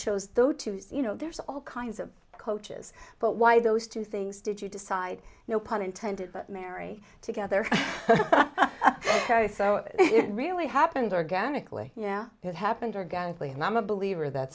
chose though to say you know there's all kinds of coaches but why those two things did you decide no pun intended but mary together so it really happened organically yeah it happened organically and i'm a believer that